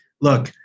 look